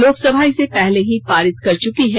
लोकसभा इसे पहले ही पारित कर चुकी है